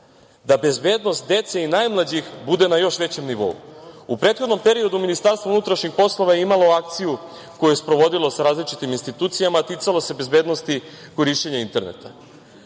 da bezbednost dece i najmlađih bude na još većem nivou.U prethodnom periodu MUP je imao akciju koju je sprovodio sa različitim institucijama. Ticalo se bezbednosti korišćenja interneta.